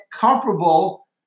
comparable